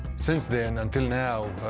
since then, until now,